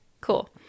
Cool